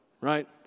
right